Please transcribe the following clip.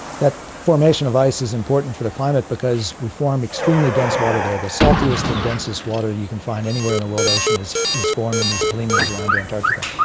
that formation of ice is important for the climate because we form extremely dense water there. the saltiest and densest water you can find anywhere in the world oceans is is formed in these polynyas around antarctica.